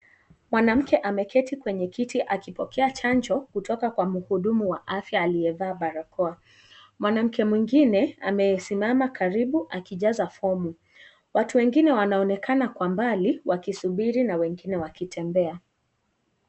Mwanamke ameketi kwenye kiti akipokea chanjo kutoka kwa mhudumu wa afya aliyevaa barakoa , mwanamke mwingine amesimama karibu akijaza fomu watu wengine wanaonekana kwa mbali wakisubiri wengine wakitembea .